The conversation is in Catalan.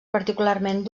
particularment